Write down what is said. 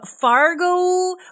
Fargo